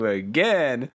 again